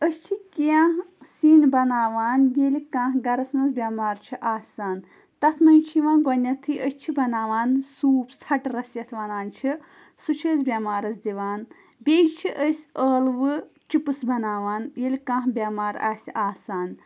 أسۍ چھِ کینٛہہ سِنۍ بَناوان ییٚلہِ کانٛہہ گَرَس منٛز بٮ۪مار چھِ آسان تَتھ منٛز چھِ یِوان گۄڈنٮ۪تھٕے أسۍ چھِ بَناوان سوٗپ ژھٹرَس یَتھ وَنان چھِ سُہ چھِ أسۍ بٮ۪مارَس دِوان بیٚیہِ چھِ أسۍ ٲلوٕ چِپٕس بَناوان ییٚلہِ کانٛہہ بٮ۪مار آسہِ آسان